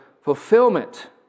fulfillment